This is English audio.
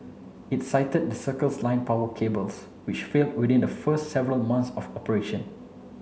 it cited the Circles Line power cables which failed within the first several months of operation